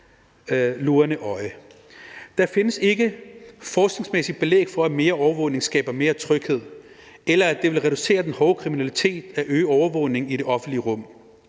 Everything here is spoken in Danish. Der findes ikke forskningsmæssigt belæg for, at mere overvågning skaber mere tryghed, eller at det vil reducere den hårde kriminalitet at øge overvågningen i det offentlige rum.